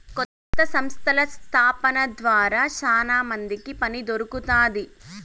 కొత్త సంస్థల స్థాపన ద్వారా శ్యానా మందికి పని దొరుకుతాది